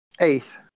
Eighth